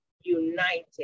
united